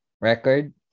record